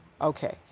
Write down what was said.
Okay